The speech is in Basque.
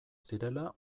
zirela